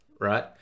right